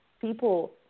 People